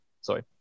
Sorry